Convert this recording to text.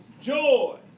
joy